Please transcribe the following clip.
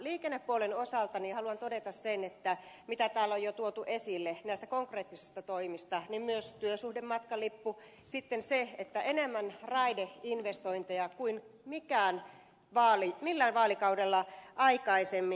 liikennepuolen osalta haluan todeta sen mitä täällä on jo tuotu esille näistä konkreettisista toimista myös työsuhdematkalipun sitten sen että nyt on enemmän raideinvestointeja kuin millään vaalikaudella aikaisemmin